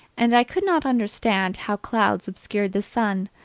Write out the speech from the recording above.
and i could not understand how clouds obscured the sun,